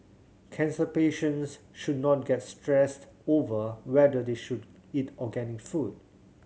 cancer patients should not get stressed over whether they should eat organic food